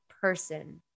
person